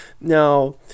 now